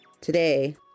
today